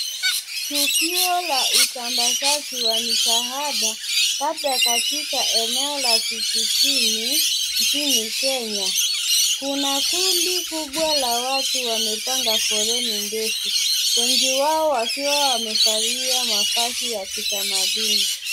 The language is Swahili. Tukio la usambazaji wa misaada, labda katika eneo la vijijini nchini Kenya. Kuna kundi kubwa la watu wamepanga foleni ndefu, wengi wao wakiwa wamevalia mavazi ya kitamaduni.